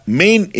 main